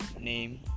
name